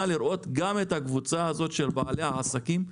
לראות גם את הקבוצה הזאת של בעלי העסקים,